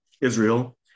Israel